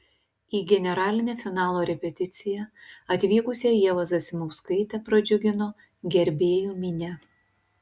į generalinę finalo repeticiją atvykusią ievą zasimauskaitę pradžiugino gerbėjų minia